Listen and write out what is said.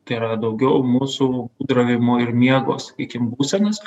tai yra daugiau mūsų būdravimo ir miego sakykim būsenas